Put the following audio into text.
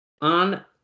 on